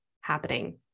happening